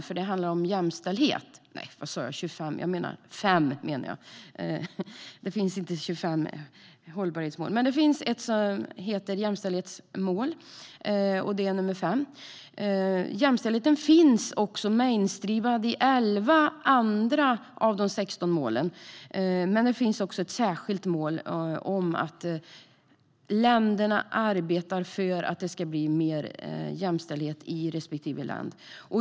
För min del lyfter jag fram hållbarhetsmål nr 5, som handlar om jämställdhet. Jämställdheten finns också "mainstreamad" i 11 andra av de 16 målen, men det finns ett särskilt mål som innebär att länderna ska arbeta för mer jämställdhet i respektive land.